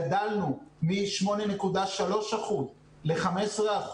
גדלנו מ-8.3% ל-15%.